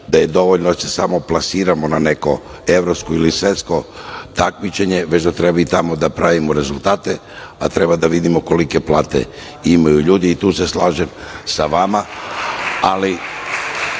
da je dovoljno da se samo plasiramo na neko evropsko ili svetsko takmičenje, već da treba i tamo da pravimo rezultate, a treba da vidimo kolike plate imaju ljudi, i tu se slažem sa vama,